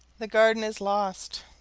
the garden is lost,